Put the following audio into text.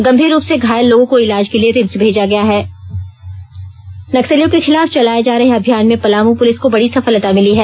गंभीर रूप से घायल लोगों को इलाज के लिए रिम्स भेजा गया है नक्सलियों के खिलाफ चलाए जा रहे अभियान में पलामू पुलिस को बड़ी सफलता मिली है